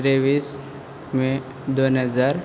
तेव्वीस मे दोन हजार